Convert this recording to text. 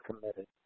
committed